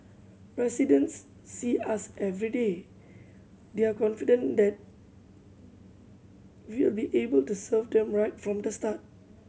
residents see us everyday they are confident that we will be able to serve them right from the start